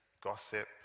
gossip